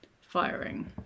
firing